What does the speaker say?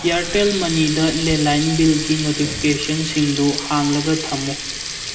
Airtel ꯃꯅꯤꯗ ꯂꯦꯟꯂꯥꯏꯟ ꯕꯤꯜꯒꯤ ꯅꯣꯇꯤꯐꯤꯀꯦꯁꯟꯁꯤꯡꯗꯨ ꯍꯥꯡꯂꯒ ꯊꯝꯃꯨ